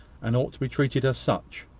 and ought to be treated as such.